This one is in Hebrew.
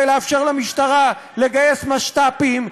כדי לאפשר למשטרה לגייס משת"פים,